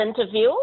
interview